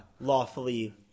Lawfully